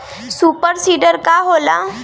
Super seeder का होला?